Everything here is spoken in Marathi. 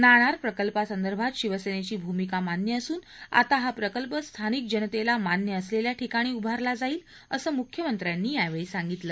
नाणार प्रकल्पासंदर्भात शिवसेनेची भूमिका मान्य असून आता हा प्रकल्प स्थानिक जनतेला मान्य असलेल्या ठिकाणी उभारला जाईल असं मुख्यमंत्र्यांनी यावेळी सांगितलं